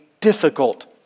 difficult